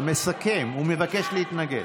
אתה מסכם והוא מבקש להתנגד.